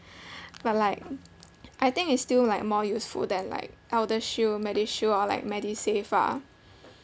but like I think it's still like more useful than like eldershield medishield or like medisave lah